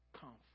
comfort